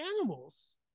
animals